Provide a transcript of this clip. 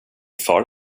far